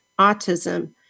autism